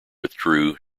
withdrew